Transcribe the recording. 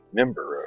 member